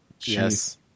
yes